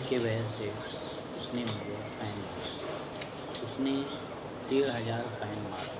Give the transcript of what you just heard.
اس کی وجہ سے اس نے مجھے فین مارا اس نے ڈیڑھ ہزار فین مارا